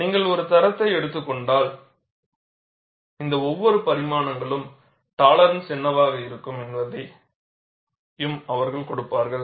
நீங்கள் ஒரு தரத்தை எடுத்துக் கொண்டால் இந்த ஒவ்வொரு பரிமாணங்களுக்கும் டாலெரான்ஸ் என்னவாக இருக்கும் என்பதையும் அவர்கள் கொடுப்பார்கள்